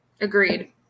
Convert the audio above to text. Agreed